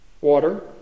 Water